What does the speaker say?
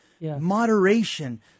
moderation